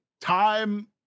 time